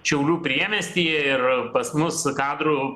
šiaulių priemiestyje ir pas mus kadrų